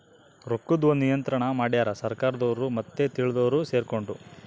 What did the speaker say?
ರೊಕ್ಕದ್ ಒಂದ್ ನಿಯಂತ್ರಣ ಮಡ್ಯಾರ್ ಸರ್ಕಾರದೊರು ಮತ್ತೆ ತಿಳ್ದೊರು ಸೆರ್ಕೊಂಡು